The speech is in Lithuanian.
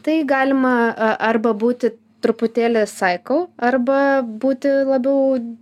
tai galima arba būti truputėlį saiko arba būti labiau